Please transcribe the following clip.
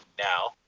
now